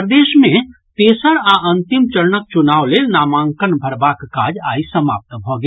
प्रदेश मे तेसर आ अंतिम चरणक चुनाव लेल नामांकन भरबाक काज आइ समाप्त भऽ गेल